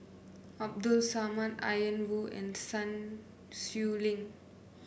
Abdul Samad Ian Woo and Sun Xueling